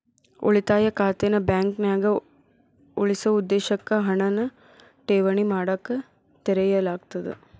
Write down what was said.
ಉಳಿತಾಯ ಖಾತೆನ ಬಾಂಕ್ನ್ಯಾಗ ಉಳಿಸೊ ಉದ್ದೇಶಕ್ಕ ಹಣನ ಠೇವಣಿ ಮಾಡಕ ತೆರೆಯಲಾಗ್ತದ